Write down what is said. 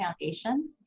foundation